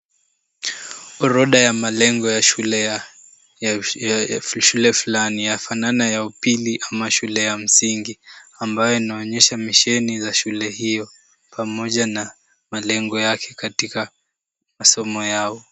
Orodha ya malengo ya shule fulani yafanana ya upili ama shule ya msingi ambayo inaonyesha misheni ya shule hio pamoja na malengo yake katika masomo yao.